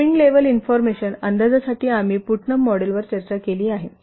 staffing level इन्फॉर्मेशनअंदाजासाठी आम्ही Putnam मॉडेलवर चर्चा केली आहे